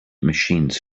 machines